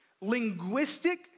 linguistic